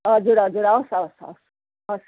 हजुर हजुर हवस् हवस् हवस्